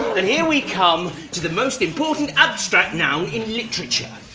and here we come to the most important abstract noun in literature,